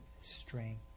strength